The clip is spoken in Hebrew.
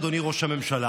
אדוני ראש הממשלה,